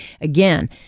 again